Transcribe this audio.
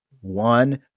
one